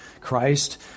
Christ